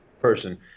person